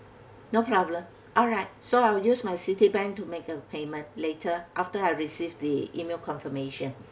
no problem alright so I'll use my Citibank to make a payment later after I received the email confirmation